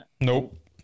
Nope